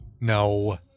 No